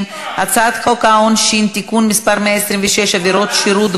חוק העונשין (תיקון מס' 126) (עבודת שירות,